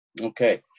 Okay